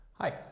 Hi